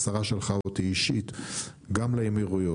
השרה שלחה אותי אישית גם לאמירויות,